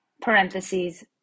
parentheses